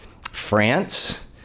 France